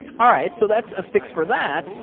all right, so that's a fix for that.